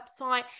website